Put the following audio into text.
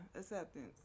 acceptance